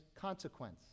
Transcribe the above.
consequence